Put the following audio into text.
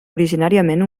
originàriament